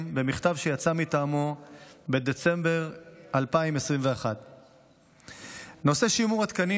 במכתב שיצא מטעמו בדצמבר 2021. נושא שימור התקנים